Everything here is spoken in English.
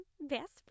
Best